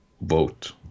vote